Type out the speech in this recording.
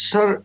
Sir